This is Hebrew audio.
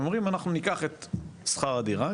הם אומרים אנחנו ניקח את שכר הדירה,